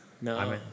no